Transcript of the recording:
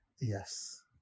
Yes